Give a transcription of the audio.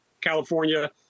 California